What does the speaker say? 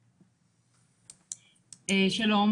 שלום.